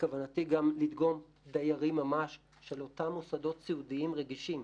בכוונתי גם לדגום דיירים ממש של אותם מוסדות סיעודיים רגישים,